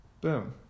Boom